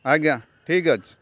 ଆଜ୍ଞା ଠିକ୍ ଅଛି